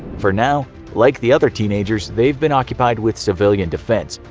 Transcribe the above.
for now, like the other teenagers, they've been occupied with civilian defense,